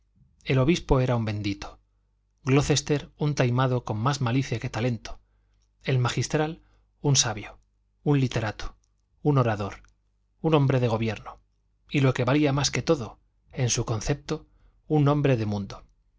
el obispo era un bendito glocester un taimado con más malicia que talento el magistral un sabio un literato un orador un hombre de gobierno y lo que valía más que todo en su concepto un hombre de mundo